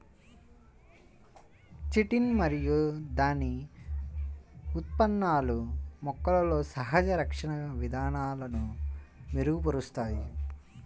chitin మరియు దాని ఉత్పన్నాలు మొక్కలలో సహజ రక్షణ విధానాలను మెరుగుపరుస్తాయి